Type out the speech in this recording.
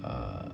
err